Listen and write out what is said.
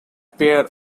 pair